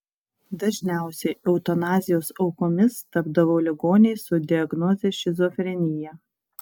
dažniausiai eutanazijos aukomis tapdavo ligoniai su diagnoze šizofrenija